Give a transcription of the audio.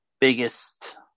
biggest –